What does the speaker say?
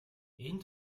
энэ